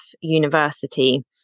University